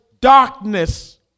darkness